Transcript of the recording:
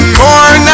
more